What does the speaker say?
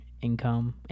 income